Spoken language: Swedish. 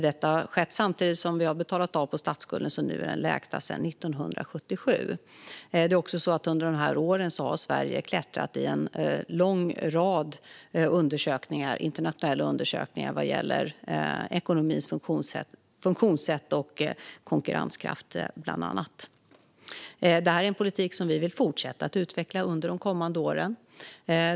Detta har skett samtidigt som vi har betalat av på statsskulden, som nu är den lägsta sedan 1977. Under de här åren har Sverige också klättrat i en lång rad internationella undersökningar vad gäller bland annat ekonomins funktionssätt och konkurrenskraft. Det här är en politik som vi vill fortsätta att utveckla under de kommande åren.